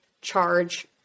charge